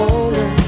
older